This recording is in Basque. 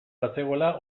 bazegoela